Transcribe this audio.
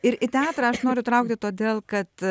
ir į teatrą aš noriu traukti todėl kad